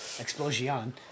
Explosion